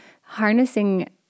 harnessing